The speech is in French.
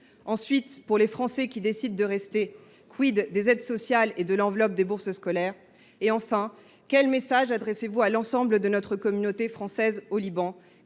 Ensuite, pour les Français qui décident de rester : des aides sociales et de l’enveloppe des bourses scolaires ? Enfin, quel message adressez vous à l’ensemble de la communauté française du Liban,